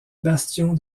bastions